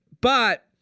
but-